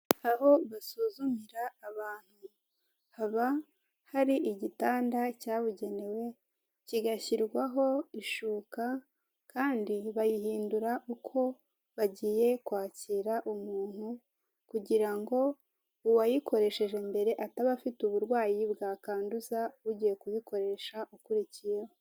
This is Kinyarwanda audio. Aho basuzumira ahantu, haba hari igitanda cyabugenewe. Kigashyirwaho ishuka kandi bayihindura uko bagiye kwakira umuntu, kugira ngo uwayikoresheje mbere ataba afite uburwayi bwakwaduza ugiye kuyikoresha ukurikiyeho.